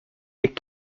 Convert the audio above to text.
est